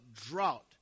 drought